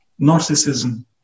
narcissism